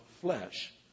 flesh